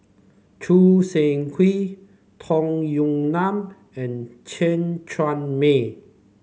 Choo Seng Quee Tong Yue Nang and Chen Chuan Mei